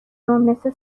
مثل